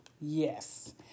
Yes